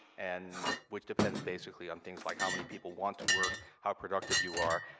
and which depends basically on things like how many people want to work, how productive you are,